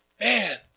Man